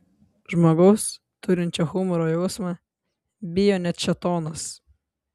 žmogaus turinčio humoro jausmą bijo net šėtonas